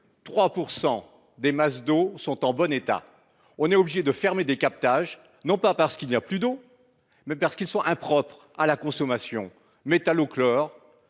% des masses d'eau sont en bon état. On est obligé de fermer des captages, non pas parce qu'il n'y a plus d'eau. Mais parce qu'ils sont impropres à la consommation métal au chlore.